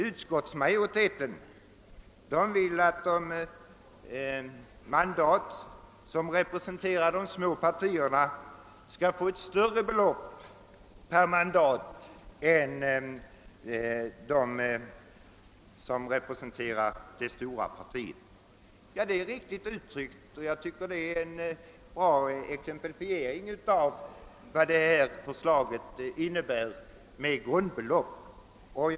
Utskottsmajoriteten vill emellertid att de mandat som representerar ett mindre parti skall få ett större belopp än de mandat som representerar ett större parti. Detta är enligt min mening riktigt uttryckt och utgör en bra exemplifiering av vad förslaget med grundbelopp innebär.